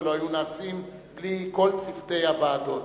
ולא היו נעשים בלי כל צוותי הוועדות.